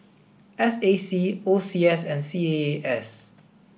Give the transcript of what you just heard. S A C O C S and C A A S